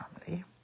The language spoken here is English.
Family